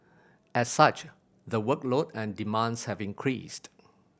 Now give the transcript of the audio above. as such the workload and demands have increased